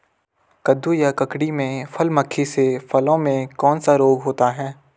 कद्दू या ककड़ी में फल मक्खी से फलों में कौन सा रोग होता है?